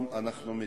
גאלב